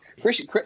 Christian